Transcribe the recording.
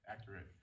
accurate